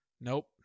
Nope